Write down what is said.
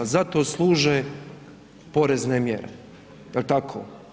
Zato služe porezne mjere, jel tako?